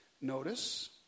Notice